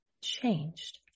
changed